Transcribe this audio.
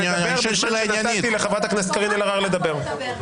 אני שואל שאלה עניינית.